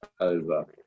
over